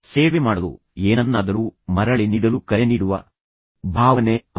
ಸೇವೆ ಮಾಡಲು ಏನನ್ನಾದರೂ ಮರಳಿ ನೀಡಲು ಕರೆನೀಡುವ ಭಾವನೆ ಅದು